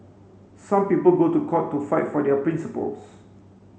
some people go to court to fight for their principles